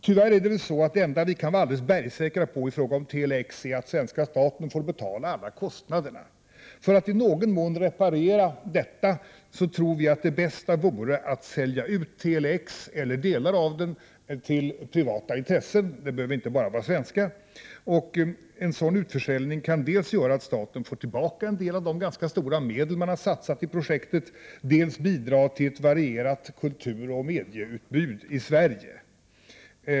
Tyvärr är det så att det enda vi kan vara bergsäkra på i fråga om Tele-X är att svenska staten får betala alla kostnader. För att i någon mån reparera detta tror vi att det bästa vore att sälja ut Tele-X eller delar av den till privata intressenter — det behöver inte bara vara svenskar. En sådan utförsäljning kan dels göra att staten får tillbaka en del av de ganska stora medel som har satsats i projektet, dels bidra till ett varierat kulturoch medieutbud i Sverige.